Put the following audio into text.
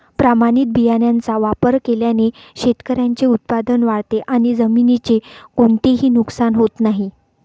प्रमाणित बियाण्यांचा वापर केल्याने शेतकऱ्याचे उत्पादन वाढते आणि जमिनीचे कोणतेही नुकसान होत नाही